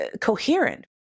coherent